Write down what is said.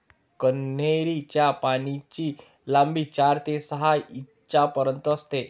कन्हेरी च्या पानांची लांबी चार ते सहा इंचापर्यंत असते